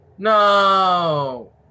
No